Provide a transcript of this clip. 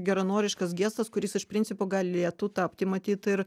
geranoriškas gestas kuris iš principo galėtų tapti matyt ir